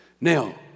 Now